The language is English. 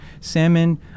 salmon